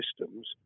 systems